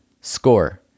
Score